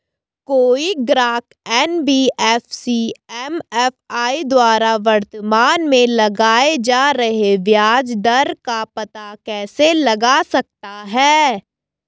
कोई ग्राहक NBFC MFI द्वारा वर्तमान में लगाए जा रहे ब्याज दर का पता कैसे लगा सकता है?